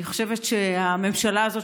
אני חושבת שהממשלה הזאת,